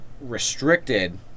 restricted